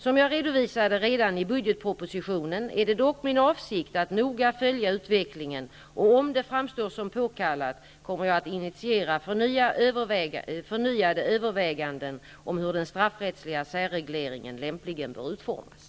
Som jag redovisade redan i budgetpropositionen är det dock min avsikt att noga följa utvecklingen, och om det framstår som påkallat kommer jag att initiera förnyade överväganden om hur den straffrättsliga särregleringen lämpligen bör utformas.